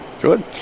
Good